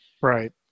Right